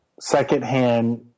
Secondhand